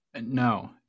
No